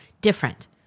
Different